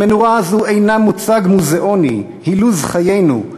המנורה הזאת אינה מוצג מוזיאוני, היא לוז חיינו.